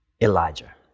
Elijah